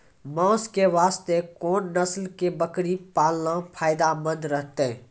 मांस के वास्ते कोंन नस्ल के बकरी पालना फायदे मंद रहतै?